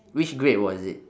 which grade was it